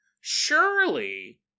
Surely